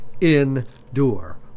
endure